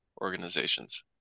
organizations